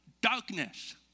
darkness